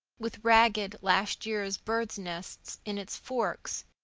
with ragged last year's birds' nests in its forks,